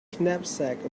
knapsack